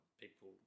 people